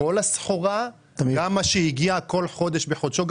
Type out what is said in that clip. כל הסחורה, גם מה שהגיע כל חודש בחודשו?